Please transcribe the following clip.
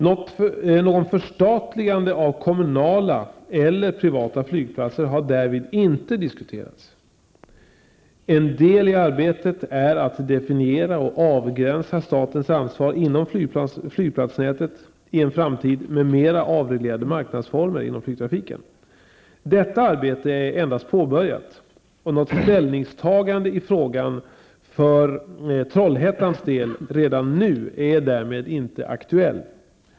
Något förstatligande av kommunala eller privata flygplatser har därvid inte diskuterats. En del i arbetet är att definiera och avgränsa statens ansvar inom flygplatsnätet i en framtid med mera avreglerade marknadsformer inom flygtrafiken. Detta arbete är endast påbörjat, och något ställningstagande i frågan för Trollhättans del redan nu är därmed inte aktuellt.